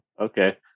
Okay